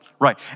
Right